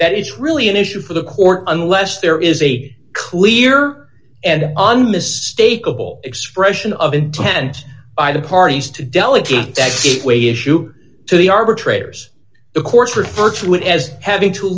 that is really an issue for the court unless there is a clear and unmistakable expression of intent by the parties to delegate that gateway issue to the arbitrator's the courts refer to it as having to